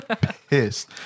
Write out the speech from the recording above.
pissed